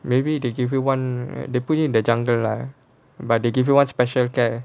maybe they give you [one] they put you in the jungle lah but they give you one special care